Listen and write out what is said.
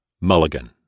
mulligan